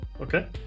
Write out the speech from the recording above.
Okay